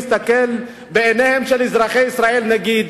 נסתכל בעיניהם של אזרחי ישראל ונגיד: